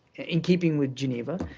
in keeping with geneva.